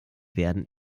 werden